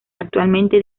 actualmente